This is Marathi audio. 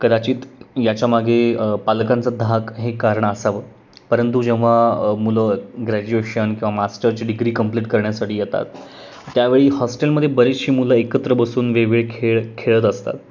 कदाचित याच्यामागे पालकांचा धाक हे कारण असावं परंतु जेव्हा मुलं ग्रॅज्युएशन किंवा मास्टरची डिग्री कंप्लीट करण्यासाठी येतात त्यावेळी हॉस्टेलमध्ये बरीचशी मुलं एकत्र बसून वेगवेगळे खेळ खेळत असतात